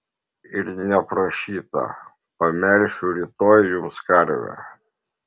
ir neprašyta pamelšiu rytoj jums karvę